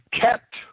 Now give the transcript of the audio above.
kept